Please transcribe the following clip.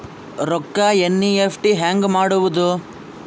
ರೊಕ್ಕ ಎನ್.ಇ.ಎಫ್.ಟಿ ಹ್ಯಾಂಗ್ ಮಾಡುವುದು?